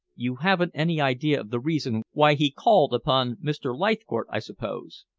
you haven't any idea of the reason why he called upon mr. leithcourt, i suppose?